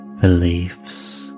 beliefs